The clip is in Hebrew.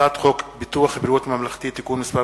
הצעת חוק ביטוח בריאות ממלכתי (תיקון מס'